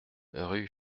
rue